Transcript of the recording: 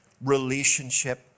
relationship